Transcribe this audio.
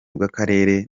bw’akarere